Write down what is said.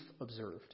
Observed